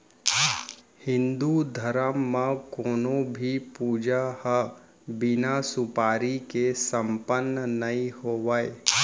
हिन्दू धरम म कोनों भी पूजा ह बिना सुपारी के सम्पन्न नइ होवय